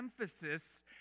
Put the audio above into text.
emphasis